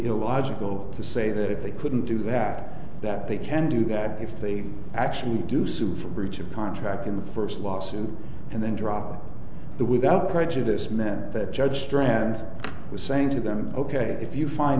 illogical to say that they couldn't do hack that they can do that if they actually do sue for breach of contract in the first lawsuit and then drop the without prejudice meant that judge strand was saying to them ok if you find